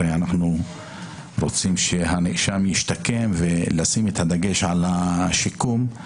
הרי אנחנו רוצים שהנאשם ישתקם ולשים את הדגש על השיקום.